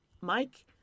Mike